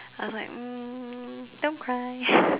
I was like mm don't cry